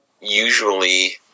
usually